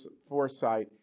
foresight